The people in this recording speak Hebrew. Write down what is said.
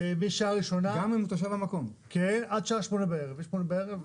משעה ראשונה, עד שעה שמונה בערב.